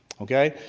okay?